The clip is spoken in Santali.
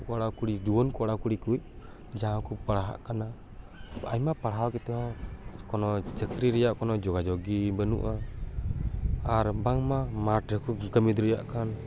ᱠᱚᱲᱟ ᱠᱩᱲᱤ ᱡᱩᱭᱟᱹᱱ ᱠᱚᱲᱟ ᱠᱩᱲᱤ ᱠᱩᱡ ᱡᱟᱣᱠᱚ ᱯᱟᱲᱦᱟᱜ ᱠᱟᱱᱟ ᱟᱭᱢᱟ ᱯᱲᱟᱦᱟᱣ ᱠᱟᱛᱮᱫ ᱦᱚᱸ ᱠᱚᱱᱳ ᱪᱟᱠᱨᱤ ᱨᱮᱭᱟᱜ ᱠᱳᱱᱳ ᱡᱳᱜᱟᱡᱳᱜ ᱜᱮ ᱵᱟᱹ ᱱᱩᱜᱼᱟ ᱟᱨ ᱵᱟᱝᱢᱟ ᱢᱟᱴ ᱨᱮᱠᱚ ᱠᱟᱹᱢᱤ ᱫᱟᱲᱮᱭᱟᱜ ᱠᱟᱱ